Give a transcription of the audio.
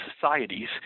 societies